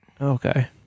Okay